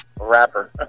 rapper